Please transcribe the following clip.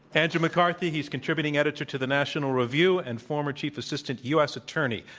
andrew mccarthy he's contributing editor to the national review and former chief assistant u. s. attorney.